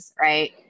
Right